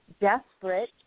desperate